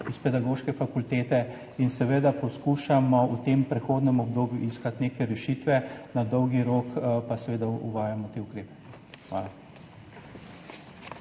s pedagoške fakultete. Seveda poskušamo v tem prehodnem obdobju iskati neke rešitve, na dolgi rok pa uvajamo te ukrepe. Hvala.